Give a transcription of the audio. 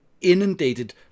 inundated